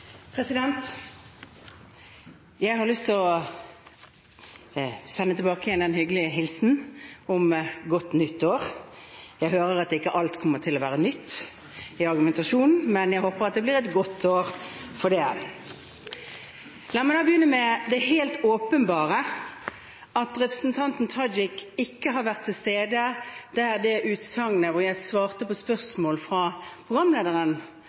Jeg har lyst til å sende tilbake igjen den hyggelige hilsenen om godt nytt år. Jeg hører at ikke alt kommer til å være nytt i argumentasjonen, men jeg håper det blir et godt år for det. La meg begynne med det helt åpenbare, at representanten Tajik ikke har vært til stede da det utsagnet falt, da jeg svarte på spørsmål fra programlederen